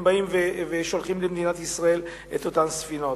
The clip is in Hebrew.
הם באים ושולחים למדינת ישראל את אותן ספינות.